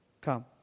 come